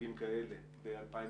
הרוגים כאלה ב-2019.